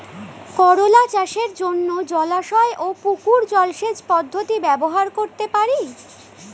করোলা চাষের জন্য জলাশয় ও পুকুর জলসেচ পদ্ধতি ব্যবহার করতে পারি?